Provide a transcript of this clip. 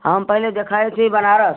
हम पहले देखाए थे बनारस